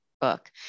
book